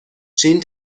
چین